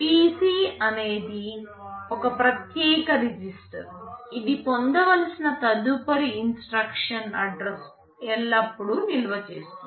PC అనేది ఒక ప్రత్యేక రిజిస్టర్ ఇది పొందవలసిన తదుపరి ఇన్స్ట్రక్షన్ అడ్రస్ ను ఎల్లప్పుడూ నిల్వ చేస్తుంది